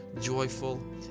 joyful